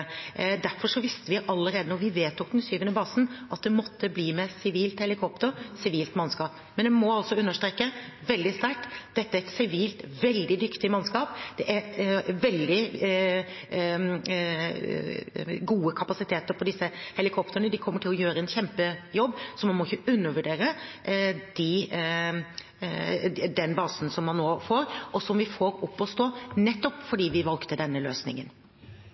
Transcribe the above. Derfor visste vi allerede da vi vedtok den syvende basen, at det måtte bli med sivilt helikopter, sivilt mannskap. Men jeg må altså understreke veldig sterkt: Dette er et sivilt veldig dyktig mannskap, det er veldig gode kapasiteter på disse helikoptrene, de kommer til å gjøre en kjempejobb. Så man må ikke undervurdere den basen som man nå får, og som vi får opp og stå nettopp fordi vi valgte denne løsningen.